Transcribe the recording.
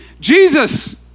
Jesus